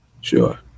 Sure